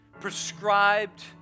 prescribed